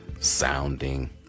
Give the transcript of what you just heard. sounding